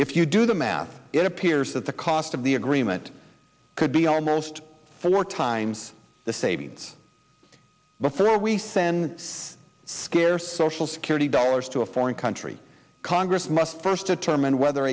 if you do the math it appears that the cost of the agreement could be almost four times the same needs but for all we send scarce social security dollars to a foreign country congress must first determine whether